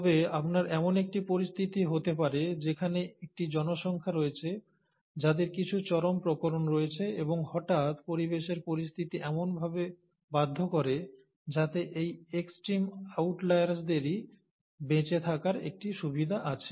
তবে আপনার এমন একটি পরিস্থিতি হতে পারে যেখানে একটি জনসংখ্যা রয়েছে যাদের কিছু চরম প্রকরণ রয়েছে এবং হঠাৎ পরিবেশের পরিস্থিতি এমনভাবে বাধ্য করে যাতে এই এক্সট্রিম আউটলায়ার্সদেরই বেঁচে থাকার একটি সুবিধা আছে